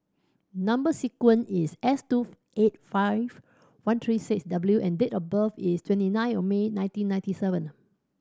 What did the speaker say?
number sequence is S two eight seven five one three six W and date of birth is twenty nine of May nineteen ninety seven